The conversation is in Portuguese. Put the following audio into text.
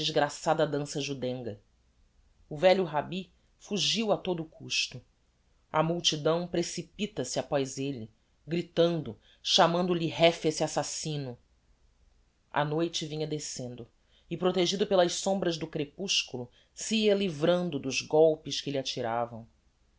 a desgraçada dansa judenga o velho rabbi fugiu a todo o custo a multidão precipita-se apoz elle gritando chamando-lhe réfece assassino a noite vinha descendo e protegido pelas sombras do crepusculo se ia livrando dos golpes que lhe atiravam